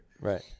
Right